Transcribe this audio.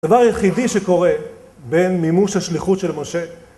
הדבר היחידי שקורה בין מימוש השליחות של משה